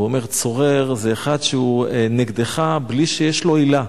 ואמר: צורר זה אחד שהוא נגדך בלי שיש לו עילה,